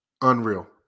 unreal